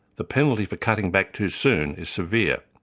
the penalty for cutting back too soon is severe.